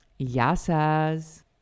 yasas